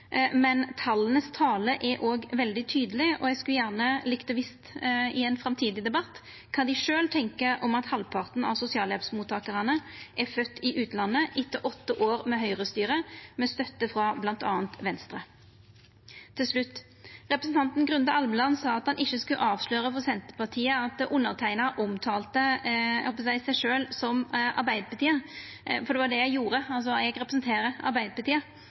Men talas tale er veldig tydeleg, og eg skulle gjerne likt å vita – i ein framtidig debatt – kva dei sjølve tenkjer om at halvparten av sosialhjelpsmottakarane er fødde i utlandet – etter åtte år med høgrestyre, med støtte frå bl.a. Venstre. Til slutt: Representanten Grunde Almeland sa at han ikkje skulle avsløra for Senterpartiet at underteikna omtalte seg sjølv som Arbeidarpartiet – for det var det eg gjorde. Eg representerer Arbeidarpartiet,